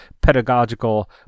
pedagogical